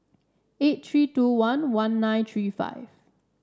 eight three two one one nine three five